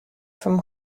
from